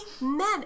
Men